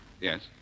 Yes